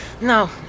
No